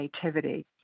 creativity